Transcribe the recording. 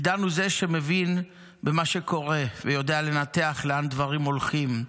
עידן הוא זה שמבין במה שקורה ויודע לנתח לאן דברים הולכים.